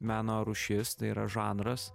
meno rūšis tai yra žanras